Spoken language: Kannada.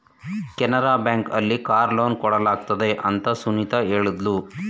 ಕೆನರಾ ಬ್ಯಾಂಕ್ ಅಲ್ಲಿ ಕಾರ್ ಲೋನ್ ಕೊಡಲಾಗುತ್ತದೆ ಅಂತ ಸುನಿತಾ ಹೇಳಿದ್ಲು